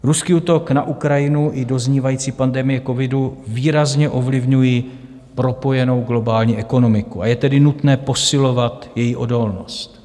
Ruský útok na Ukrajinu i doznívající pandemie covidu výrazně ovlivňují propojenou globální ekonomiku, a je tedy nutné posilovat její odolnost.